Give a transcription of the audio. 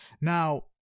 now